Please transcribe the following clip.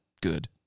good